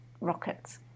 rockets